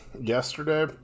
yesterday